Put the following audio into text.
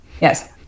yes